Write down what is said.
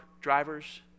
Drivers